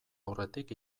aurretik